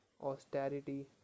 austerity